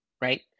Right